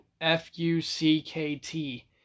F-U-C-K-T